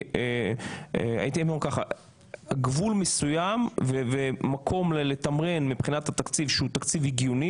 איזשהו גבול מסוים ומקום לתמרן מבחינת התקציב שהוא תקציב הגיוני,